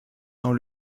dans